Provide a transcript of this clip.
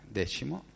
decimo